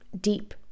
deep